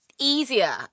Easier